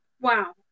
Wow